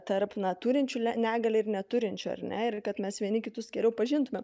tarp na turinčių negalią ir neturinčių ar ne ir kad mes vieni kitus geriau pažintumėm